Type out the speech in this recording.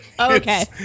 okay